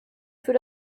für